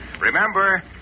Remember